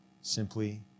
simply